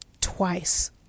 twice